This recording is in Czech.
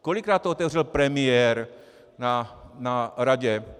Kolikrát to otevřel premiér na Radě?